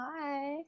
Hi